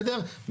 בסדר,